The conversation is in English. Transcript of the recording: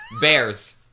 Bears